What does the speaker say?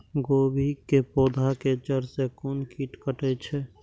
गोभी के पोधा के जड़ से कोन कीट कटे छे?